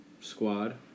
squad